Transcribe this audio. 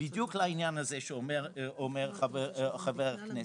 בדיוק לעניין הזה, כפי שאומר חבר הכנסת,